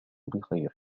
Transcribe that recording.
بخير